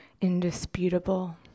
indisputable